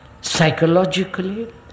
psychologically